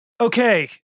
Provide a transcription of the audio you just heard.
Okay